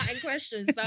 questions